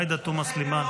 עאידה תומא סלימאן